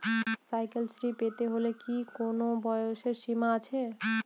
Cycle শ্রী পেতে হলে কি কোনো বয়সের সীমা আছে?